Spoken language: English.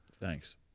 Thanks